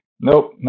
nope